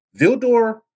Vildor